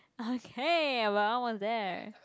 okay !wow! what's that